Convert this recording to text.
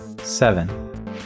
Seven